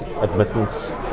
admittance